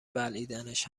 بلعیدنش